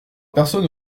personne